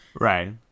right